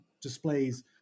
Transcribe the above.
displays